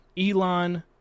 Elon